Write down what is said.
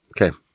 Okay